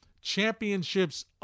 championships